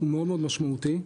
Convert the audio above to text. מאוד משמעותי.